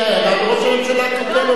וראש הממשלה קיבל אותה,